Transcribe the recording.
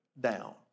down